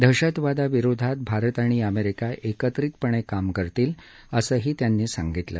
दहशतवादाविरोधात भारत आणि अमेरिका एकत्रितपणे काम करतील असंही त्यांनी यावेळी सांगितलं